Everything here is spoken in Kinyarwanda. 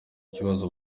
ikibazo